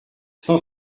cent